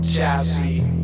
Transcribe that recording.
Chassis